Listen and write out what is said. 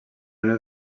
unió